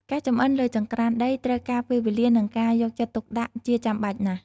ការចម្អិនលើចង្រ្កានដីត្រូវការពេលវេលា និងការយកចិត្តទុកដាក់ជាចាំបាច់ណាស់។